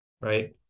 Right